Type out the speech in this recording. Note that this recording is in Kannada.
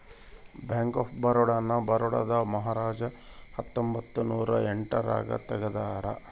ಬ್ಯಾಂಕ್ ಆಫ್ ಬರೋಡ ನ ಬರೋಡಾದ ಮಹಾರಾಜ ಹತ್ತೊಂಬತ್ತ ನೂರ ಎಂಟ್ ರಾಗ ತೆಗ್ದಾರ